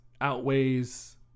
outweighs